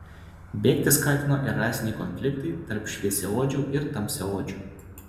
bėgti skatino ir rasiniai konfliktai tarp šviesiaodžių ir tamsiaodžių